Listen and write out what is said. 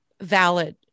valid